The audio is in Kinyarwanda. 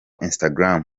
instagram